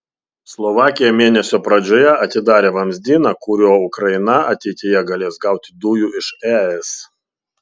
slovakija mėnesio pradžioje atidarė vamzdyną kuriuo ukraina ateityje galės gauti dujų iš es